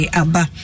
abba